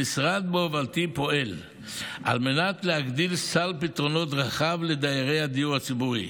המשרד בהובלתי פועל על מנת להגדיר סל פתרונות רחב לדיירי הדיור הציבורי.